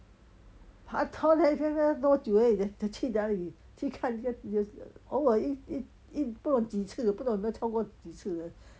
paktor then 现在多久而已去哪里去看 news 偶尔一一一不懂几次不懂有没有超过几次